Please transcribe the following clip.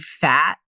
fat